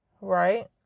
right